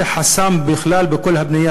שחסם בכלל את כל הבנייה,